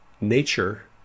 nature